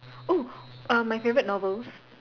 oh uh my favourite novels